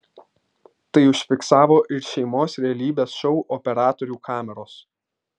tai užfiksavo ir šeimos realybės šou operatorių kameros